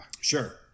Sure